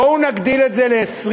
בואו נגדיל את זה ל-20,000,